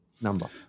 number